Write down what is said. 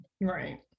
right